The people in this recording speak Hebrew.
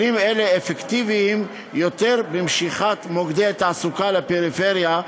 כלים אלה אפקטיביים יותר במשיכת מוקדי תעסוקה לפריפריה,